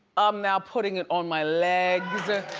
i'm now putting it on my legs.